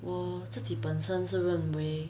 我自己本身是认为